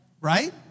right